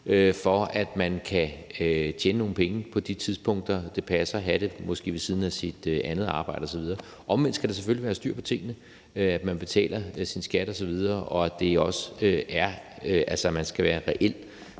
i, at man kan tjene nogle penge på de tidspunkter, det passer at have arbejdet, måske ved siden af ens andet arbejde osv. Omvendt skal der selvfølgelig være styr på tingene, altså at man betaler sin skat osv., og at man også skal være reelt